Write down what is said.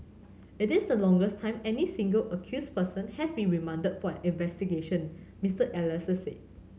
it is the longest time any single accused person has been remanded for an investigation Mister Elias said